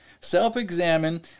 self-examine